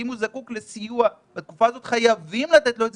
אם הוא זקוק לסיוע בתקופה הזו חייבים לתת לו אותו